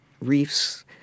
reefs